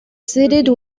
seated